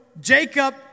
Jacob